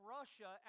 Russia